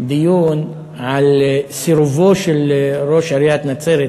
דיון על סירובו של ראש עיריית נצרת,